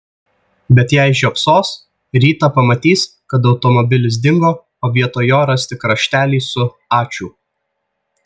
bet jei žiopsos rytą pamatys kad automobilis dingo o vietoj jo ras tik raštelį su ačiū